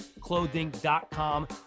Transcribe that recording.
Clothing.com